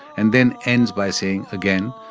and then ends by saying again,